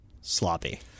sloppy